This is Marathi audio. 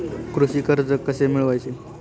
कृषी कर्ज कसे मिळवायचे?